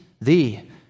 Thee